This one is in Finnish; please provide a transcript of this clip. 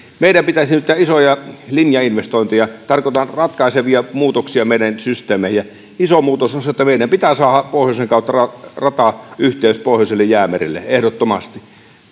meidän pitäisi nyt tehdä isoja linjainvestointeja tarkoitan ratkaisevia muutoksia meidän systeemeihimme ja iso muutos on se että meidän pitää saada pohjoisen kautta ratayhteys pohjoiselle jäämerelle ehdottomasti